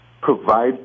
provide